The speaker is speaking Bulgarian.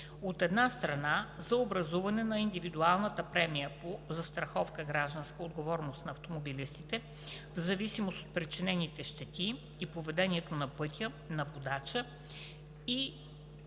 от една страна, за образуване на индивидуалната премия по застраховка „Гражданска отговорност на автомобилистите“ в зависимост от причинените щети и поведението на пътя на водача и